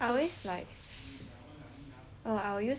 I will use the shaver for my here